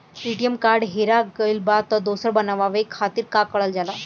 ATM card हेरा गइल पर दोसर बनवावे खातिर का करल जाला?